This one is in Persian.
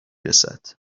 رسد